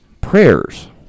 prayers